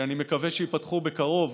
שאני מקווה שייפתחו בקרוב,